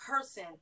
person